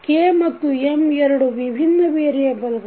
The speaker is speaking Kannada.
K ಮತ್ತು M ಎರಡು ವಿಭಿನ್ನ ವೇರಿಯಬಲ್ಗಳು